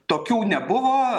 tokių nebuvo